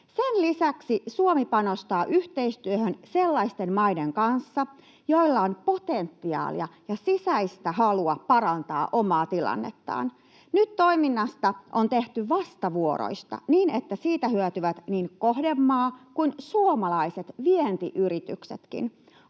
Sen lisäksi Suomi panostaa yhteistyöhön sellaisten maiden kanssa, joilla on potentiaalia ja sisäistä halua parantaa omaa tilannettaan. Nyt toiminnasta on tehty vastavuoroista, niin että siitä hyötyvät niin kohdemaa kuin suomalaiset vientiyrityksetkin.